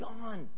gone